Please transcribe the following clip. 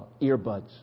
earbuds